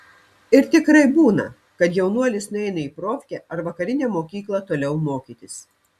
ir tikrai būna kad jaunuolis nueina į profkę ar vakarinę mokyklą toliau mokytis